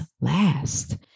last